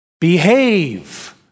Behave